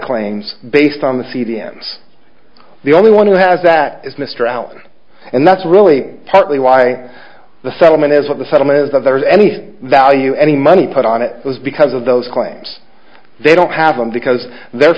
claims based on the c d s the only one who has that is mr out and that's really partly why the settlement is what the settlement was that there was any value any money put on it was because of those claims they don't have them because the